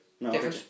No